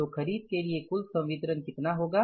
तो खरीद के लिए कुल संवितरण कितना होगा